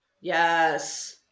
Yes